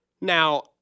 Now